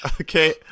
okay